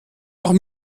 noch